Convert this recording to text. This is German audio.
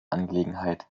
angelegenheit